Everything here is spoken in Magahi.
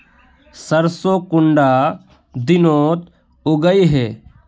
सरसों कुंडा दिनोत उगैहे?